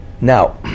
now